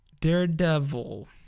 Daredevil